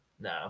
No